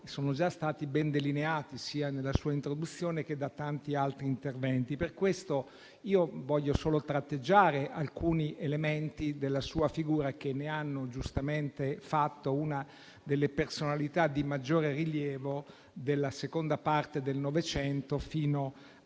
sono già stati ben delineati sia nella sua introduzione che da tanti altri interventi. Per questo voglio solo tratteggiare alcuni elementi della sua figura, che ne hanno giustamente fatto una delle personalità di maggiore rilievo della seconda parte del Novecento fino